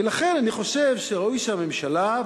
ולכן אני חושב שראוי שהממשלה,